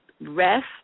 rest